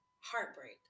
Heartbreak